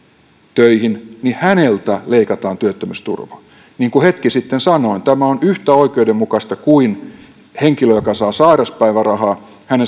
töihin leikataan työttömyysturvaa niin kuin hetki sitten sanoin tämä on yhtä oikeudenmukaista kuin se jos sairauspäivärahaa saavan henkilön